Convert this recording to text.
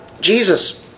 Jesus